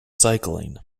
cycling